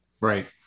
Right